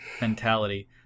mentality